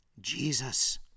Jesus